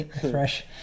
Fresh